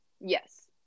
Yes